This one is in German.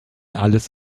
alles